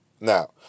Now